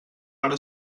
ara